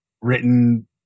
written